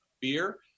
beer